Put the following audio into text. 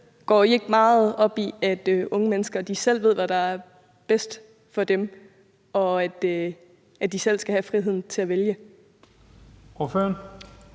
Går I ikke meget op i, at unge mennesker selv ved, hvad der er bedst for dem, og at de selv skal have friheden til at vælge? Kl.